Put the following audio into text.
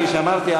כפי שאמרתי,